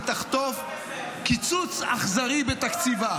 היא תחטוף קיצוץ אכזרי בתקציבה.